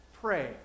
pray